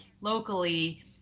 locally